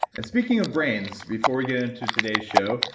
and speaking of brains, before we get into today's show,